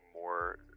more